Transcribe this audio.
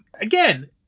again